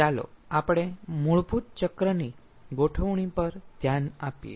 ચાલો મૂળભૂત ચક્રની ગોઠવણી પર ધ્યાન આપીએ